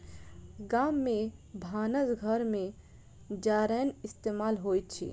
गाम में भानस घर में जारैन इस्तेमाल होइत अछि